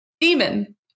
Demon